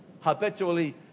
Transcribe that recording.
Habitually